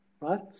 right